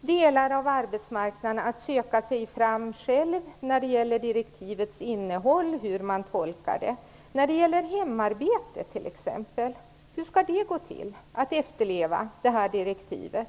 delar av arbetsmarknaden att själv söka sig fram när det gäller direktivets innehåll och hur det skall tolkas. Hur skall man t.ex. tolka reglerna vid hemarbete? Hur skall man efterleva direktivet vid hemarbete?